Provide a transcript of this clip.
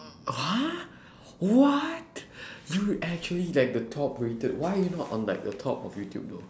!huh! what you actually like the top rated why you're not on like the top of youtube though